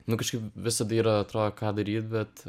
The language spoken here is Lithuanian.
nu kažkaip visada yra atrodo ką daryt bet